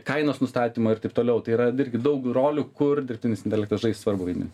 kainos nustatymo ir taip toliau tai yra irgi daug rolių kur dirbtinis intelektas žais svarbų vaidmenį